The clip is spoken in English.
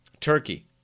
Turkey